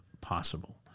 possible